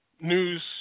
news